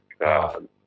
God